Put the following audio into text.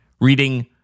reading